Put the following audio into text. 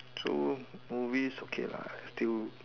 so movies okay lah still